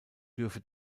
dürfe